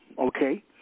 okay